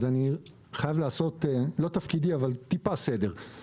אז אני חייב לעשות טיפה סדר הגם שזה לא תפקידי.